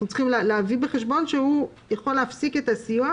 צריכים להביא בחשבון שהוא יכול להפסיק את הסיוע,